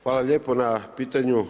Hvala lijepo na pitanju.